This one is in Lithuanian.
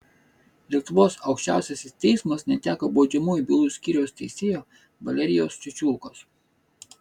lietuvos aukščiausiasis teismas neteko baudžiamųjų bylų skyriaus teisėjo valerijaus čiučiulkos